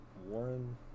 Warren